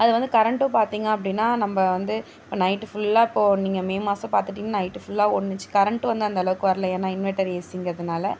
அதுவந்து கரண்ட்டும் பார்த்திங்க அப்படின்னா நம்ம வந்து இப்போ நைட்டு ஃபுல்லா இப்போது நீங்கள் மே மாதம் பார்த்துட்டீங்க நைட்டு ஃபுல்லா ஓடுனுச்சு கரண்ட்டு வந்து அந்தளவுக்கு வரல ஏன்னா இன்வெட்டர் ஏசிங்கிறதனால